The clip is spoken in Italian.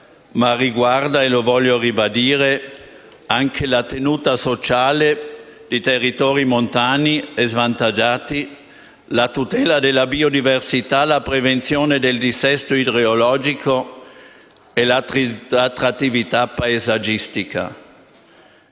ma riguarda - lo voglio ribadire - anche la tenuta sociale di territori montani e svantaggiati, la tutela della biodiversità, la prevenzione del dissesto idrogeologico e l'attrattività paesaggistica.